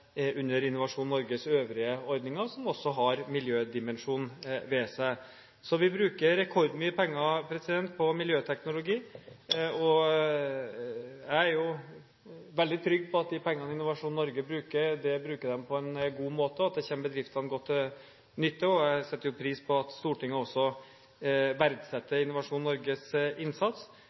under Innovasjon Norges øvrige ordninger, som også har miljødimensjon ved seg. Vi bruker rekordmye penger på miljøteknologi. Jeg er veldig trygg på at de pengene Innovasjon Norge bruker, bruker de på en god måte, og at det kommer bedriftene godt til nytte. Jeg setter pris på at Stortinget også verdsetter Innovasjon Norges innsats.